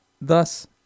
thus